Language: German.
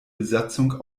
besatzung